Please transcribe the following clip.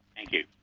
thank you.